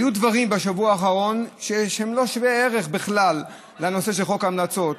היו דברים בשבוע האחרון שהם לא שווי ערך בכלל לנושא של חוק ההמלצות,